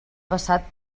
passat